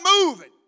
moving